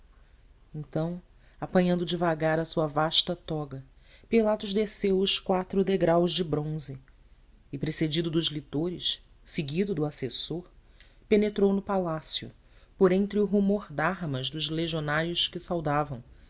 então apanhando devagar a sua vasta toga pilatos desceu os quatro degraus de bronze e precedido dos lictores seguido do assessor penetrou no palácio por entre o rumor de armas dos legionários que o saudavam